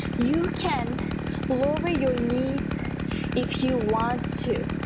you can lower your knees if you want to,